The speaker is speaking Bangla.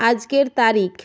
আজকের তারিখ